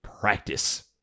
practice